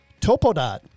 Topodot